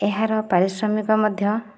ଏହାର ପାରିଶ୍ରମିକ ମଧ୍ୟ